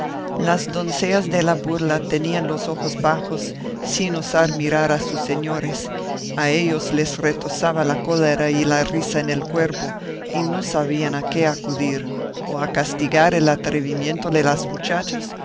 las doncellas de la burla tenían los ojos bajos sin osar mirar a sus señores a ellos les retozaba la cólera y la risa en el cuerpo y no sabían a qué acudir o a castigar el atrevimiento de las muchachas